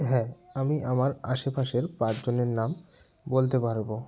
হ্যাঁ আমি আমার আশেপাশের পাঁচজনের নাম বলতে পারবো